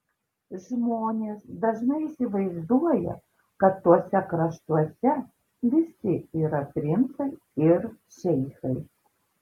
žmonės dažnai įsivaizduoja kad tuose kraštuose visi yra princai ir šeichai